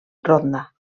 ronda